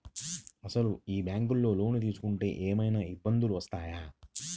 అసలు ఈ బ్యాంక్లో లోన్ తీసుకుంటే ఏమయినా ఇబ్బందులు వస్తాయా?